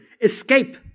escape